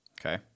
Okay